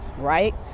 right